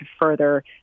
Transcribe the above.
further